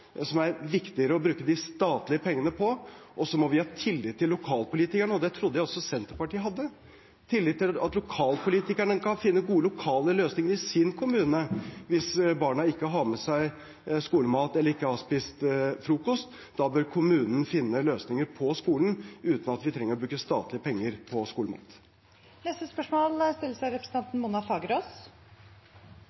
som er viktigere å bruke de statlige pengene på. Så må vi ha tillit til lokalpolitikerne – og det trodde jeg også Senterpartiet hadde – tillit til at lokalpolitikerne kan finne gode lokale løsninger i sin kommune. Hvis barna ikke har med seg skolemat, eller ikke har spist frokost, bør kommunen finne løsninger på skolen, uten at vi trenger å bruke statlige penger på